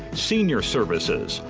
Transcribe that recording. senior services,